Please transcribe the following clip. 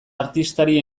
artistari